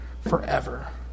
forever